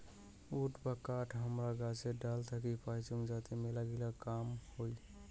would বা কাঠ হামারা গাছের ডাল থাকি পাইচুঙ যাতে মেলাগিলা কাম হই